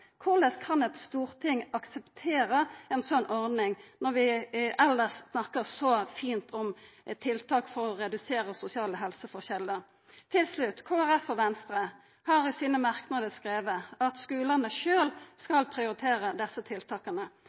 Korleis kan eit storting akseptera ei slik ordning når vi elles snakkar så fint om tiltak for å redusera sosiale helseforskjellar. Til slutt: Kristeleg Folkeparti og Venstre har i sine merknader skrive at skulane sjølve skal prioritera desse tiltaka.